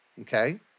okay